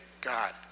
God